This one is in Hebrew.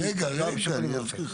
רגע רגע אני אסביר לך,